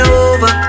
over